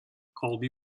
colby